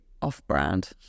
off-brand